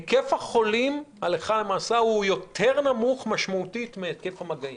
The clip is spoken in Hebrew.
היקף החולים הלכה למעשה הוא יותר נמוך משמעותית מהיקף המגעים.